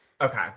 Okay